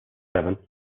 seven